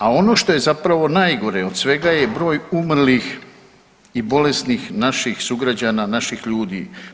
A ono što je zapravo najgore od svega je broj umrlih i bolesnih naših sugrađana, naših ljudi.